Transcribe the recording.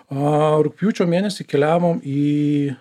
o rugpjūčio mėnesį keliavom į